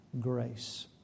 grace